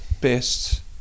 best